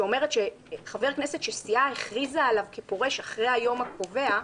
שאומרת שחבר כנסת שסיעה הכריזה עליו כפורש אחרי היום הקובע,